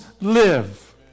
live